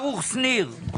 ברוך שניר.